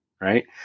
right